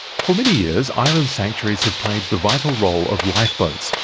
for many years, island sanctuaries have played the vital role of lifeboats,